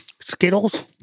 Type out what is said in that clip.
Skittles